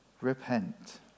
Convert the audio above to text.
repent